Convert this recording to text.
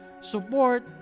support